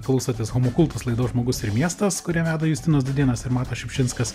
klausotės homo kultus laidos žmogus ir miestas kurią veda justinas dudėnas ir matas šiupšinskas